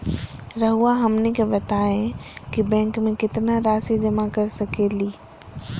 रहुआ हमनी के बताएं कि बैंक में कितना रासि जमा कर सके ली?